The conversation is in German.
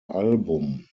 album